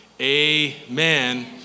amen